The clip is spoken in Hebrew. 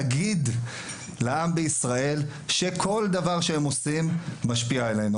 תגיד לעם בישראל שכל דבר שהם עושים משפיע עלינו,